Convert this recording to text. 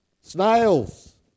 snails